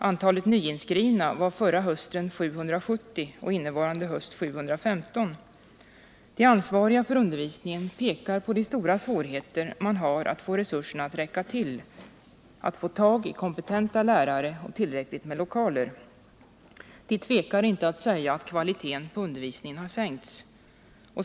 Antalet nyinskrivna var förra hösten 770 och innevarande höst 715. De ansvariga för undervisningen pekar på de stora svårigheter man har när det gäller att få resurserna att räcka till, att få tag i kompetenta lärare och tillräckligt med lokaler. De tvekar inte att säga att kvaliteten på undervisningen har sänkts.